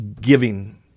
giving